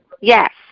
yes